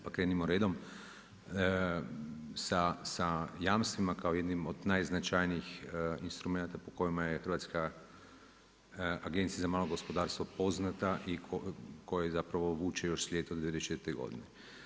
Pa krenimo redom, sa jamstvima kao jednim od najznačajnijih instrumenata po kojima je Hrvatska agencija za malo gospodarstvo poznata i kojoj zapravo vuče još … od '94. godine.